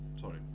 Sorry